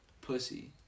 Pussy